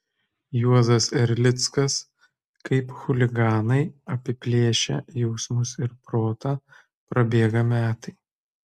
juozas erlickas kaip chuliganai apiplėšę jausmus ir protą prabėga metai